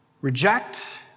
reject